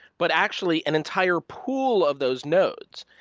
but actually an entire pool of those nodes.